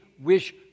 wish